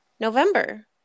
November